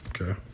Okay